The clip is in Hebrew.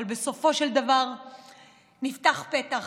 אבל בסופו של דבר נפתח פתח